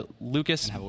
Lucas